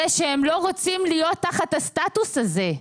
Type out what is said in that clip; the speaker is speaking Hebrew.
שהם לא רוצים להיות תחת הסטטוס הזה.